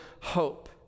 hope